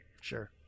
Sure